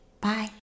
Bye